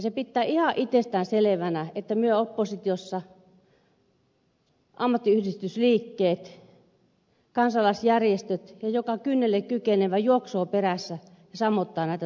se pittää ihan itestään selevänä että myö oppositiossa ammattiyhdistysliikkeet kansalaisjärjestöt ja jo ka kynnelle kykenevä juoksoo perässä ja sammuttaa näitä tulipaloja